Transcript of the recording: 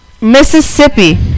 Mississippi